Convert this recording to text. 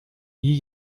nie